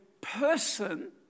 person